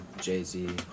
Jay-Z